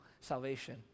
salvation